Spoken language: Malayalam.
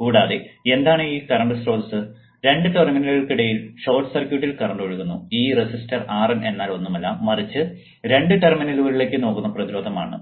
കൂടാതെ എന്താണ് ഈ കറണ്ട് സ്രോതസ്സു രണ്ട് ടെർമിനലുകൾക്കിടയിലുള്ള ഷോർട്ട് സർക്യൂട്ടിൽ കറന്റ് ഒഴുകുന്നു ഈ റെസിസ്റ്റർ RN എന്നാൽ ഒന്നുമല്ല മറിച്ച് രണ്ട് ടെർമിനലുകളിലേക്ക് നോക്കുന്ന പ്രതിരോധം ആണ്